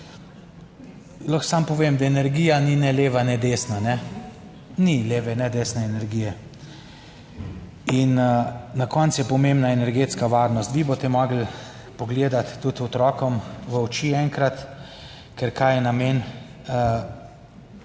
lahko samo povem, da energija ni ne leva ne desna, kajne? Ni leve ne desne energije. In na koncu je pomembna energetska varnost. Vi boste morali pogledati tudi otrokom v oči enkrat, ker kaj je namen.